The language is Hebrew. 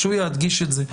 חשוב לי להדגיש את זה.